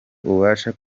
ubasha